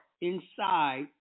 inside